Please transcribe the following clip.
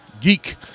geek